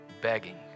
Begging